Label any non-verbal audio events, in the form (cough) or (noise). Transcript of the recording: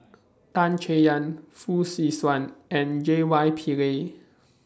(noise) Tan Chay Yan Fong Swee Suan and J Y Pillay